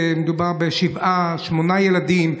מדובר בשבעה-שמונה ילדים.